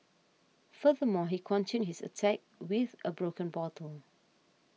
furthermore he continued his attack with a broken bottle